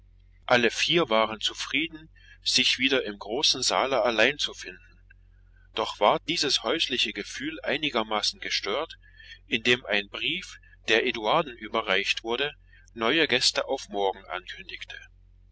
alle vier waren zufrieden sich wieder im großen saale allein zu finden doch ward dieses häusliche gefühl einigermaßen gestört indem ein brief der eduarden überreicht wurde neue gäste auf morgen ankündigte